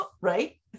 Right